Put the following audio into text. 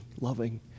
loving